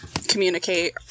Communicate